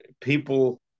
people